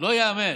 לא ייאמן,